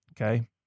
okay